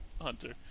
Hunter